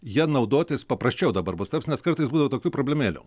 ja naudotis paprasčiau dabar bus taps nes kartais būdavo tokių problemėlių